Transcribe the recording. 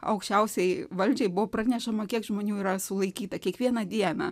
aukščiausiajai valdžiai buvo pranešama kiek žmonių yra sulaikyta kiekvieną dieną